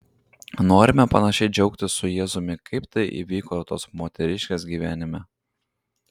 norime panašiai džiaugtis su jėzumi kaip tai įvyko tos moteriškės gyvenime